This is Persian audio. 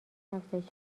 افزایش